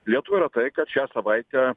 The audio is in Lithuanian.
lietuvą yra tai kad šią savaitę